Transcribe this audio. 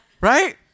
Right